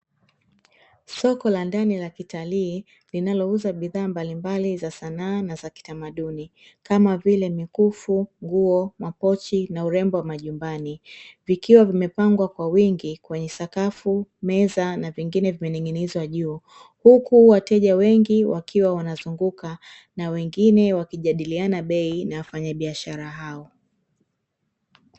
Soko la ndani la kitalii linalouza bidhaa mbalimbali za sanaa na za kitamaduni kama vile: mikufu, nguo, mapochi na urembo wa majumbani. Vikiwa vimepangwa kwa wingi kwenye sakafu, meza na vingine vimening'inizwa juu; huku wateja wengi wakiwa wanazunguka na wengine wakijadiliana bei na wafanyabiashara hao.